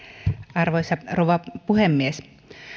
arvoisa rouva puhemies